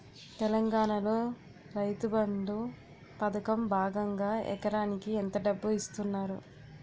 తెలంగాణలో రైతుబంధు పథకం భాగంగా ఎకరానికి ఎంత డబ్బు ఇస్తున్నారు?